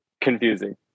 confusing